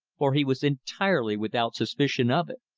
for he was entirely without suspicion of it.